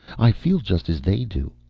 i feel just as they do.